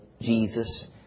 Jesus